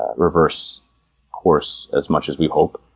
reverse course as much as we hope.